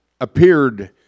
appeared